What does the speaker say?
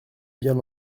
bien